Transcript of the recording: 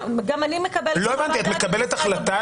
גם אני מקבלת חוות דעת ממשרד הבריאות.